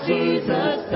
Jesus